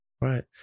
Right